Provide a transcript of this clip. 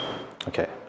Okay